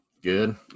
good